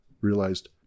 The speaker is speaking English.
realized